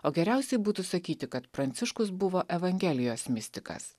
o geriausiai būtų sakyti kad pranciškus buvo evangelijos mistikas